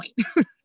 point